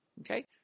Okay